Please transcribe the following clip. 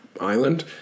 Island